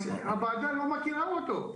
אז הוועדה לא מכירה אותו,